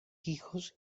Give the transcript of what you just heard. hijos